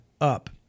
up